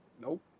Nope